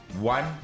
one